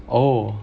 oh